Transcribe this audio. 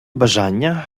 бажання